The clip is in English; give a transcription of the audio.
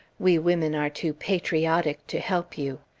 we women are too patriotic to help you!